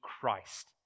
Christ